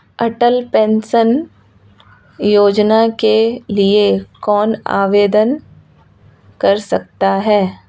अटल pension योजना के लिए कौन आवेदन कर सकता है?